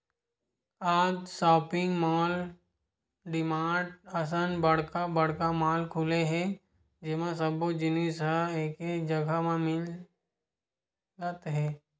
आज shopping mall, DMart असन बड़का बड़का मॉल खुले हे जेमा सब्बो जिनिस ह एके जघा म मिलत हे